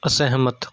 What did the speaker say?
ਅਸਹਿਮਤ